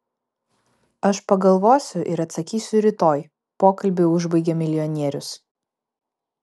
aš pagalvosiu ir atsakysiu rytoj pokalbį užbaigė milijonierius